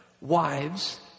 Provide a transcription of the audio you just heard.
wives